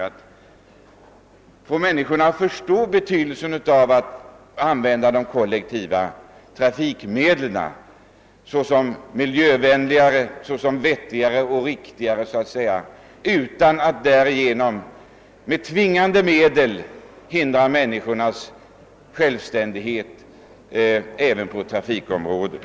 Man bör försöka få människorna att förstå betydelsen av att de kollektiva trafikmedlen används eftersom ' de är miljövänligare, vettigare och riktigare, utan att man därför med tvingande medel inskränker människornas självständighet på trafikområdet.